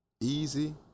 easy